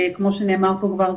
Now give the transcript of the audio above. כמו שנאמר כאן כבר,